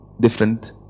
different